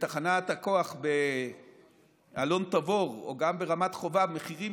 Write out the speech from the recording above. בתחנת הכוח באלון תבור וגם ברמת חובב מחירים